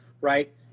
Right